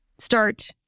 start